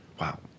Wow